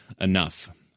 enough